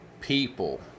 people